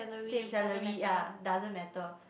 same salary yea doesn't matter